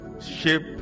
shape